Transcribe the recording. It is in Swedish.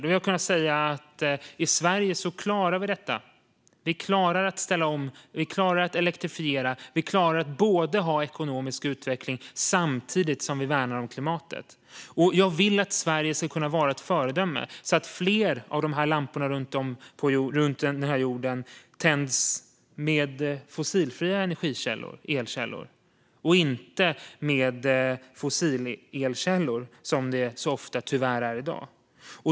Jag vill kunna säga: I Sverige klarar vi detta. Vi klarar att ställa om och att elektrifiera. Vi klarar att ha ekonomisk utveckling samtidigt som vi värnar om klimatet. Jag vill att Sverige ska kunna vara ett föredöme så att fler av de här lamporna runt om på jorden tänds med hjälp av fossilfria energikällor, elkällor, och inte med fossilelkällor som det tyvärr ofta är i dag.